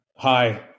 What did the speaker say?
Hi